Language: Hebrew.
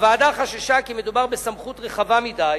הוועדה חששה כי מדובר בסמכות רחבה מדי,